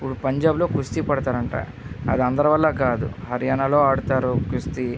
ఇప్పుడు పంజాబ్లో కుస్తీ పడతారు అంట అది అందరి వల్ల కాదు హర్యానాలో ఆడుతారు కుస్తీ